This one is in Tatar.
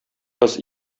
кыз